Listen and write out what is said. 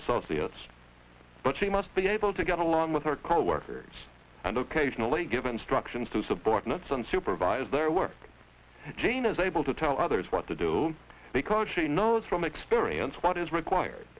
associates but she must be able to get along with her coworkers and ok generally give instructions to subordinates and supervise their work jean is able to tell others what to do because she knows from experience what is required